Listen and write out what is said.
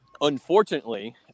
unfortunately